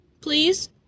Please